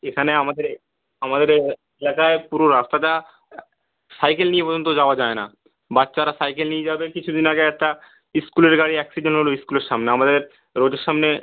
এখানে আমাদের এ আমাদের এ এলাকায় পুরো রাস্তাটা সাইকেল নিয়ে পর্যন্ত যাওয়া যায় না বাচ্চারা সাইকেল নিয়ে যাবে কিছু দিন আগে একটা স্কুলের গাড়ি অ্যাক্সিডেন্ট হলো স্কুলের সামনে আমাদের রোডের সামনে